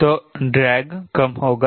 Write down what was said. तो ड्रैग कम होगा